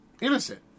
innocent